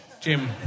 Jim